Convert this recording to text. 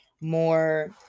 more